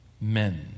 men